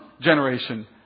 generation